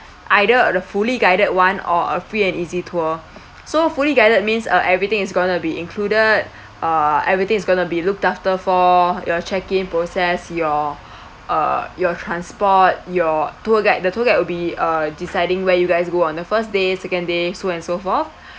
either the fully guided one or a free and easy tour so fully guided means uh everything is gonna be included uh everything is gonna be looked after for your check in process your uh your transport your tour guide the tour guide will be uh deciding where you guys go on the first day second day so and so forth